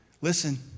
Listen